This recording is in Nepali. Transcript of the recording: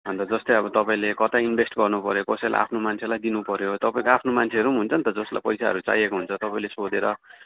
अन्त जस्तै अब तपाईँले कतै इन्भेस्ट गर्नुपऱ्यो कसैलाई आफ्नो मान्छेलाई दिनुपऱ्यो तपाईँको आफ्नो मान्छेहरू म हुन्छ नि त जसलाई पैसाहरू चाहिएको हुन्छ तपाईँले सोधेर